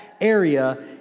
area